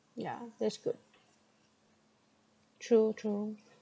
yeah that's good true true